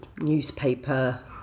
newspaper